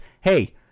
hey